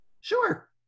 Sure